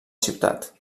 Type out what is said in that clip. ciutat